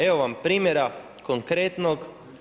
Evo vam primjera konkretnog.